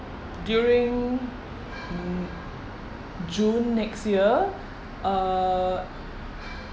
during mm june next year uh